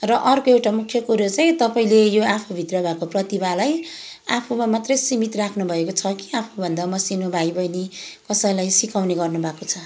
र अर्को एउटा मुख्य कुरा चाहिँ तपाईँले यो आफूभित्र भएको प्रतिभालाई आफूमा मात्रै सीमित राख्नुभएको छ कि आफूभन्दा मसिना भाइ बहिनी कसैलाई सिकाउने गर्नुभएको छ